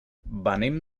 venim